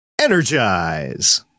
Energize